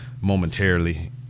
momentarily